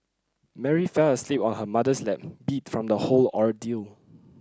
Mary fell asleep on her mother's lap beat from the whole ordeal